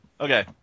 Okay